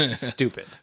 stupid